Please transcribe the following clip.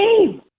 game